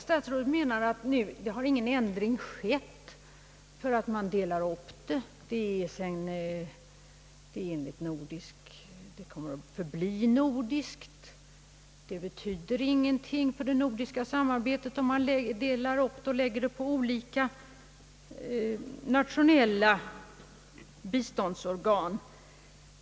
Statsrådet menar att ingen ändring har skett — projektet kommer att förbli nordiskt, och det betyder ingenting för vårt nordiska samarbete om man delar upp detta och lägger det på olika nationella biståndsorgan.